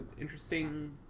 interesting